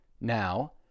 now